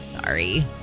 Sorry